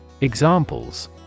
Examples